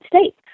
States